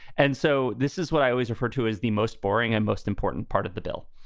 and so this is what i always refer to as the most boring and most important part of the bill,